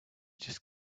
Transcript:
just